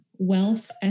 wealth